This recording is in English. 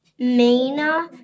Mina